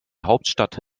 hauptstadt